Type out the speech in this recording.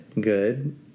good